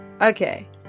Okay